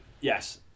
yes